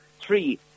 three